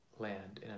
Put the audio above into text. land